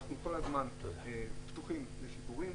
אנחנו כל הזמן פתוחים לשיפורים.